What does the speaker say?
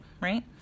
right